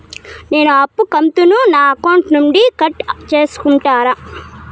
నేను అప్పు కంతును నా అకౌంట్ నుండి కట్ సేసుకుంటారా?